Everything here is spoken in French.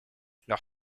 leur